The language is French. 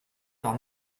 par